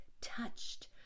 touched